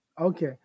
Okay